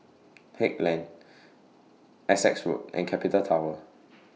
Haig Lane Essex Road and Capital Tower